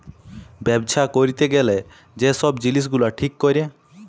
ব্যবছা ক্যইরতে গ্যালে যে ছব জিলিস গুলা ঠিক ক্যরে